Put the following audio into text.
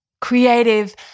creative